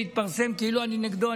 היות שהתפרסם כאילו אני נגדו,